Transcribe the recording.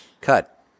cut